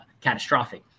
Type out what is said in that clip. catastrophic